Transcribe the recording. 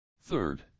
Third